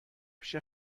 پیش